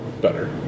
better